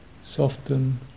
Soften